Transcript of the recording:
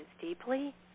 deeply